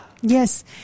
Yes